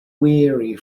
weary